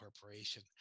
corporation